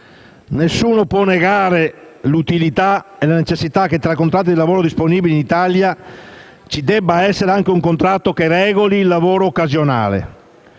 Nessuno può negare l'utilità e la necessità che tra i contratti di lavoro disponibili in Italia ci sia anche un contratto che regoli il lavoro occasionale.